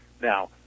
Now